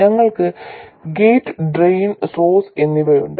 ഞങ്ങൾക്ക് gate drain source എന്നിവയുണ്ട്